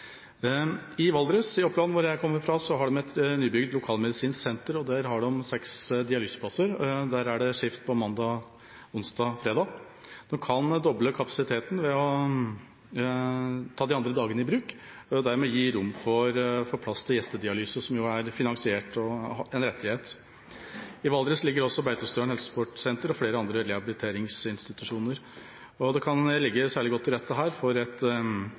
I Valdres i Oppland, hvor jeg kommer fra, har de et nybygd lokalmedisinsk senter. Der har de seks dialyseplasser med skift på mandag, onsdag og fredag. De kan doble kapasiteten ved å ta de andre dagene i bruk og dermed gi rom for gjestedialyse, som jo er finansiert og er en rettighet. I Valdres ligger også Beitostølen Helsesportsenter og flere andre rehabiliteringsinstitusjoner. Det kan ligge særlig godt til rette her for et